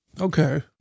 Okay